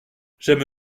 j’aime